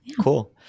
Cool